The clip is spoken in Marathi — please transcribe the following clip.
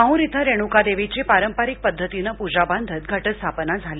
माहर अं रेणुकादेवीची पारंपरिक पद्धतीनं पूजा बांधत घटस्थापना झाली